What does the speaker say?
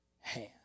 hand